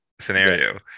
scenario